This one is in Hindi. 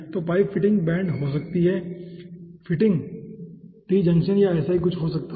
तो पाइप फिटिंग बेंड हो सकती है पाइप फिटिंग T जंक्शन या ऐसा ही कुछ हो सकता है